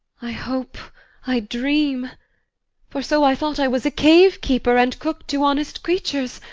i hope i dream for so i thought i was a cave-keeper, and cook to honest creatures.